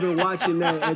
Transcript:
watching that,